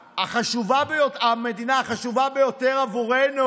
המדינה החשובה ביותר עבורנו.